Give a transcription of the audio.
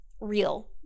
real